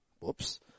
Whoops